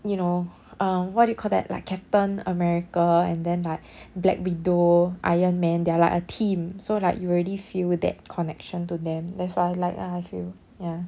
you know um what do you call that like captain america and then like black widow iron man they're like a team so like you already feel that connection to them that's why I like ah I feel ya